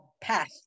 path